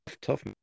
Tough